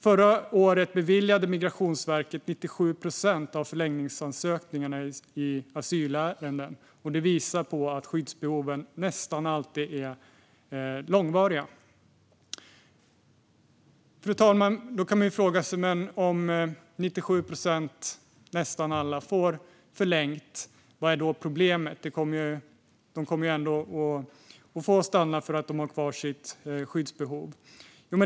Förra året beviljade Migrationsverket 97 procent av förlängningsansökningarna i asylärenden. Det visar på att skyddsbehoven nästan alltid är långvariga. Fru talman! Om 97 procent, nästan alla, får förlängt kan man fråga sig: Vad är då problemet? De kommer ändå att få stanna för att de har kvar sitt skyddsbehov.